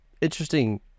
interesting